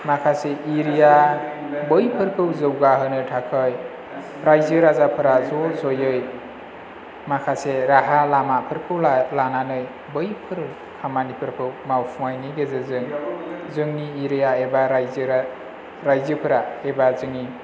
माखासे एरिया बैफोरखौ जौगाहोनो थाखाय राइजो राजाफोरा ज' ज'यै माखासे राहा लामाफोरखौ ला लानानै बैफोर खामानिफोरखौ मावफुंनायनि गेजेरजों जोंनि एरिया एबा राइजो राइजोफोरा एबा जोंनि